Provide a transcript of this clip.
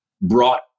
brought